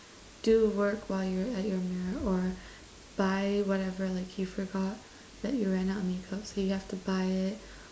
do work while you're at your mirror or buy whatever like you forgot that you ran out of makeup so you have to buy it